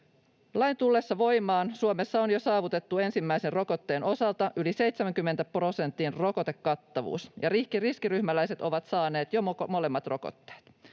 Lain tullessa voimaan Suomessa on jo saavutettu ensimmäisen rokotteen osalta yli 70 prosentin rokotekattavuus ja riskiryhmäläiset ovat saaneet jo molemmat rokotteet.